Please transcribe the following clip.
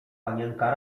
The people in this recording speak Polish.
panienka